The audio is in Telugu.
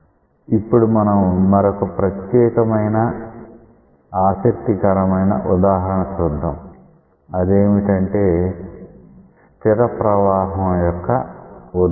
ఇప్పుడు మనం మరొక ప్రత్యేకమైన ఆసక్తికరమైన ఉదాహరణ చూద్దాం అదేమిటంటే స్థిర ప్రవాహం యొక్క ఉదాహరణ